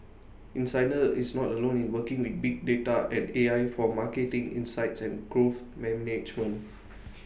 insider is not alone in working with big data and A I for marketing insights and growth management